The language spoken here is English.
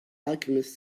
alchemist